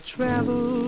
travel